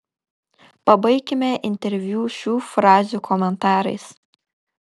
pabaikime interviu šių frazių komentarais